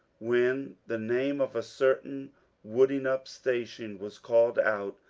when the name of a certain wooding-up station was called out,